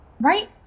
Right